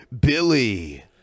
Billy